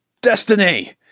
destiny